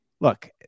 look